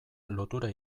lotura